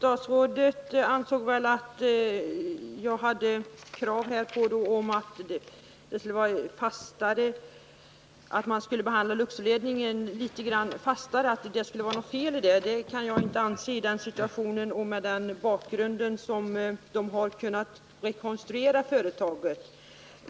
Herr talman! Statsrådet ansåg att mitt krav på att man skulle behandla Luxorledningen litet fastare var obefogat. Det kan jag inte anse att det är i den nuvarande situationen och mot bakgrund av hur ledningen har kunnat rekonstruera företaget.